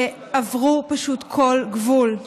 שפשוט עברו כל גבול.